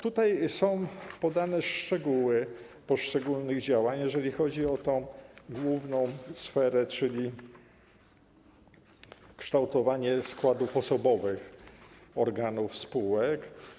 Tutaj są podane szczegóły konkretnych działań, jeżeli chodzi o tę główną sferę, czyli kształtowanie składów osobowych organów spółek.